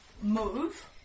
move